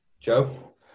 Joe